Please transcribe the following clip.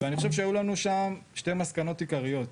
ואני חושב שהיו לנו שם שתי מסקנות עיקריות,